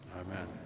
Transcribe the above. Amen